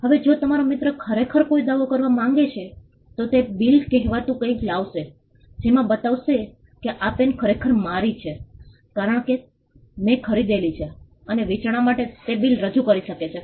હવે જો તમારો મિત્ર ખરેખર કોઈ દાવો કરવા માંગે છે તો તે બિલ કહેવાતું કંઈક લાવશે જેમાં બતાવશે કે આ પેન ખરેખર મારી છે કારણ કે મેં ખરીદેલી છે અને વિચારણા માટે તે બિલ રજૂ કરી શકે છે